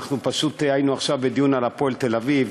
היינו עכשיו בדיון על "הפועל תל-אביב".